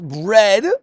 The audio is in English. bread